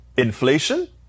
Inflation